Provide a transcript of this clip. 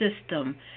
system